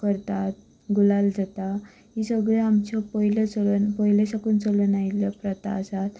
करतात गुलाल जाता ह्यो सगल्यो आमच्यो पयले साकून चलून आयिल्ल्यो प्रता आसात